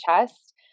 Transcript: chest